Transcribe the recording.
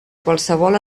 qualsevol